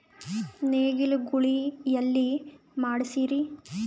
ನೇಗಿಲ ಗೂಳಿ ಎಲ್ಲಿ ಮಾಡಸೀರಿ?